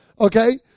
okay